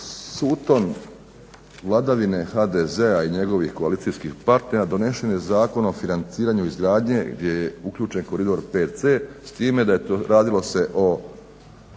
suton vladavine HDZ-a i njegovih koalicijskih partnera donesen je Zakon o financiranju izgradnje gdje je uključen koridor 5 c s time da je radilo se o